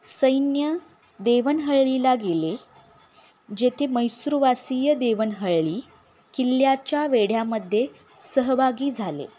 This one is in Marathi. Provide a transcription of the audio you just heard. सैन्य देवणहळ्ळीला गेले जेथे म्हैसूरवासीय देवणहळ्ळी किल्ल्याच्या वेढ्यामध्ये सहभागी झाले